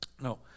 No